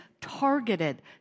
targeted